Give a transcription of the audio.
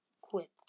quit